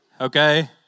okay